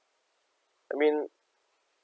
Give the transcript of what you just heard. I mean